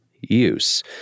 use